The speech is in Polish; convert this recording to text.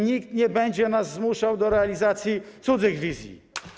Nikt nie będzie nas zmuszał do realizacji cudzych wizji.